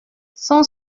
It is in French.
cent